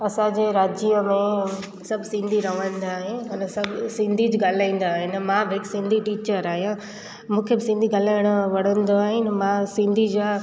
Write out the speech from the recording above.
असांजे राज्य में सभु सिंधी रहंदा आहिनि अन सभु सिंधी ॻाल्हाईंदा आहिनि मां बि हिकु सिंधी टीचर आहियां मूंखे बि सिंधी ॻाल्हायणो वणंदो आहिनि मां सिंधी जा